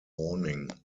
warning